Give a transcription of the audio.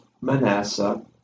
Manasseh